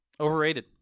Overrated